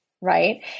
right